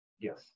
Yes